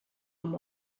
amb